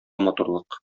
матурлык